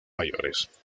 mayores